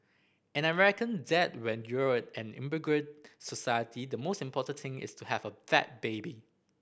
and I reckon that when you're an immigrant society the most important thing is to have a fat baby